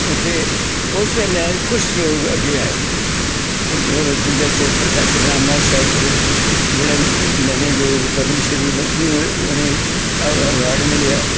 इत्थें उस बेल्लै कुछ लोग अग्गें आए जिंदे च प्रोफेसर राम नाथ शास्त्री जेह्ड़े लैने जोग पद्मश्री बी उ'नें ई अवार्ड मिलेआ